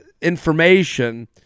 information